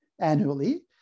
annually